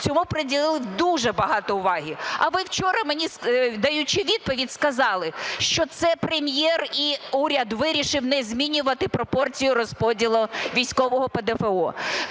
цьому приділив дуже багато уваги. А ви вчора мені, даючи відповідь, сказали, що це Прем'єр і уряд вирішив не змінювати пропорцію розподілу військового ПДФО.